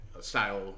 style